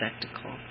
spectacle